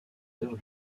heures